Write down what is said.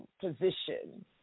position